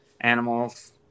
animals